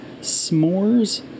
s'mores